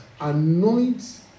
Anoint